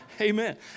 Amen